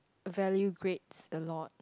value grades a lot